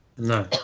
No